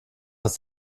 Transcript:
ist